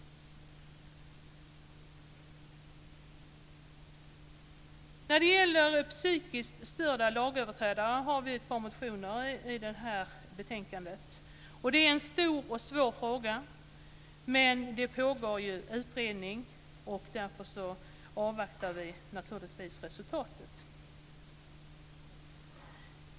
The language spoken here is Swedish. Vi har ett par motioner om psykiskt störda lagöverträdare som behandlas i det här betänkandet. Det är en stor och svår fråga. Men det pågår ju utredning, och därför avvaktar vi resultatet.